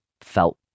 felt